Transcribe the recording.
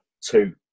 two